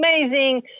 amazing